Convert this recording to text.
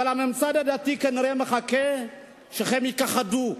אבל הממסד הדתי כנראה מחכה שהם ייכחדו.